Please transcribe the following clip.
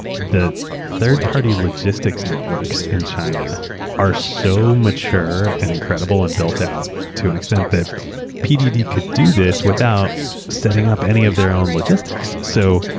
the third-party logistics networks in china are so mature, and incredible, and built out to an extent that pdd could do this without setting up any of their own logistics. so